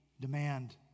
demand